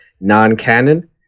non-canon